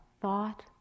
thought